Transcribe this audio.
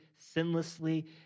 sinlessly